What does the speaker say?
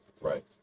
Right